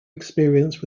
experience